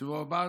סיבוב הבא?